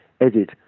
edit